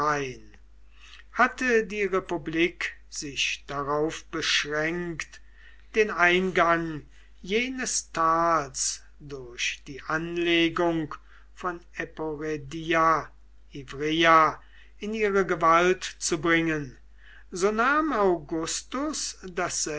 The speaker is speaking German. hatte die republik sich darauf beschränkt den eingang jenes tals durch die anlegung von eporedia ivrea in ihre gewalt zu bringen so nahm augustus